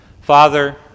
Father